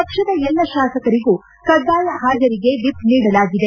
ಪಕ್ಷದ ಎಲ್ಲಾ ಶಾಸಕರಿಗೂ ಕಡ್ಡಾಯ ಹಾಜರಿಗೆ ವಿಪ್ ನೀಡಲಾಗಿದೆ